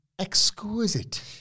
exquisite